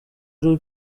ari